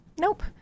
nope